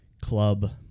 club